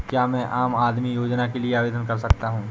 क्या मैं आम आदमी योजना के लिए आवेदन कर सकता हूँ?